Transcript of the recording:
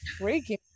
freaking